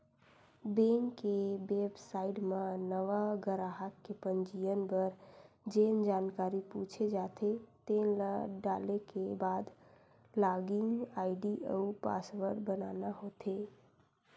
bank के website म नवा गराहक के पंजीयन बर जेन जानकारी पूछे जाथे तेन ल डाले के बाद लॉगिन आईडी अउ पासवर्ड बनाना होथे